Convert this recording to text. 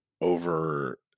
over